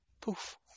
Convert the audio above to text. poof